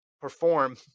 perform